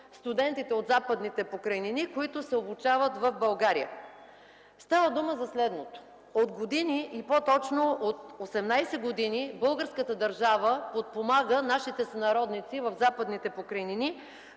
студентите от Западните покрайнини, които се обучават в България. Става дума за следното. От години, по-точно от 18 години, българската държава подпомага нашите сънародници в Западните покрайнини,